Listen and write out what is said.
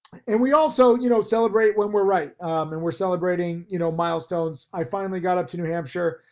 and we also, you know, celebrate when we're right and we're celebrating, you know, milestones. i finally got up to new hampshire,